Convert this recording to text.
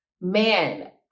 man